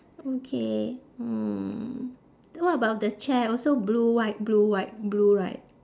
okay hmm what about the chair also blue white blue white blue right